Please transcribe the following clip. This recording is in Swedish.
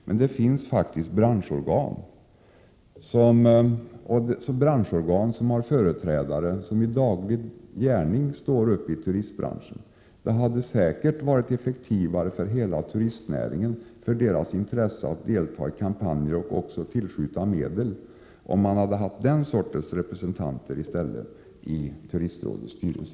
Men det finns faktiskt branschorgan, som företräds av personer som har sin dagliga gärning i turistbranschen. Det hade säkert varit effektivare för hela turistnäringen, för dess intresse att delta i kampanjer och också tillskjuta medel, om näringen i stället hade haft den sortens representanter i Turistrådets styrelse.